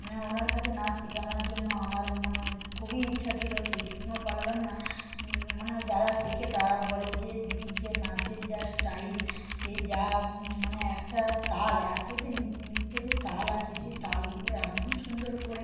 মানে ওনার কাছে নাচ শিখানোর জন্য আমার মনে খুবই ইচ্ছা ছিলো সেই টুকুও পারলাম না কিন্তু মানে যারা শেখে তারা বলে যে দিদির যে নাচের যা স্টাইল সেই যা মানে একটা তাল এতো যে নৃত্যে যে তাল আছে সেই তালগুলো এমন সুন্দর করে